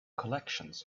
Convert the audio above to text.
collections